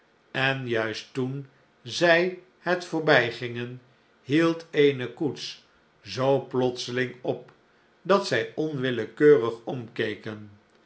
en juist toen zij het voorbijgingen hield eene koets zoo plotselmg op dat zij onwillekeurig omkeken